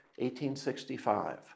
1865